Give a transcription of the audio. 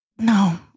No